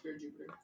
Jupiter